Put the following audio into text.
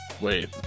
Wait